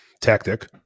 Tactic